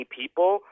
people –